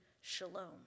shalom